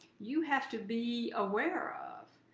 you have to be aware of.